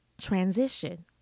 transition